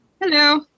Hello